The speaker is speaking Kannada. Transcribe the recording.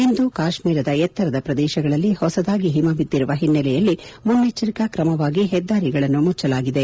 ಇಂದು ಕಾಶ್ನೀರದ ಎತ್ತರದ ಪ್ರದೇಶಗಳಲ್ಲಿ ಹೊಸದಾಗಿ ಹಿಮ ಬಿದ್ದಿರುವ ಹಿನ್ನೆಲೆಯಲ್ಲಿ ಮುನ್ನೆಚ್ಚರಿಕಾ ಕ್ರಮವಾಗಿ ಹೆದ್ದಾರಿಗಳನ್ನು ಮುಚ್ಚಲಾಗಿದೆ